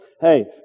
hey